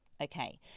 Okay